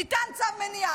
ניתן צו מניעה.